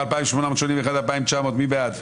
4 בעד,